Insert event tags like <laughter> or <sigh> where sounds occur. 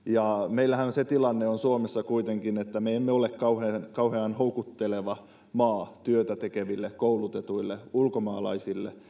meillähän on kuitenkin se tilanne suomessa että me emme ole kauhean kauhean houkutteleva maa työtä tekeville koulutetuille ulkomaalaisille <unintelligible>